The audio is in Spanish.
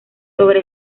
sobre